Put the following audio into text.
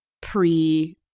pre-